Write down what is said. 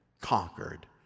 conquered